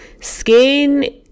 Skin